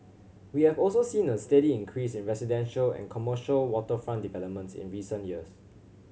we have also seen a steady increase in residential and commercial waterfront developments in recent years